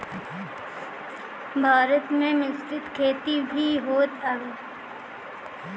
भारत में मिश्रित खेती भी होत हवे